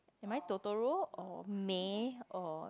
am I Totoro or May or